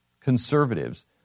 conservatives